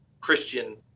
Christian